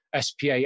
SPA